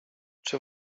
czy